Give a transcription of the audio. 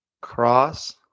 cross